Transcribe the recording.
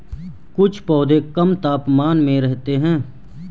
कुछ पौधे कम तापमान में रहते हैं